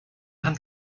hand